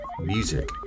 Music